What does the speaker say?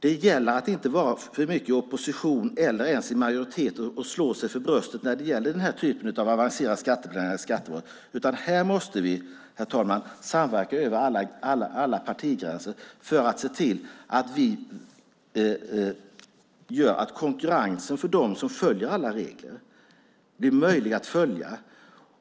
Det gäller att inte vara för mycket i opposition eller ens i majoritet och slå sig för bröstet när det gäller denna typ av avancerade skattebrott. Här måste vi, herr talman, samverka över alla partigränser för att se till att konkurrensen följer alla regler och att reglerna är möjliga att följa.